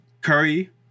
Curry